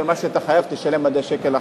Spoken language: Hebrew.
ומה שאתה חייב תשלם עד השקל האחרון,